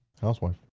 Housewife